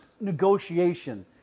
negotiation